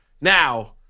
Now